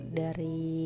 dari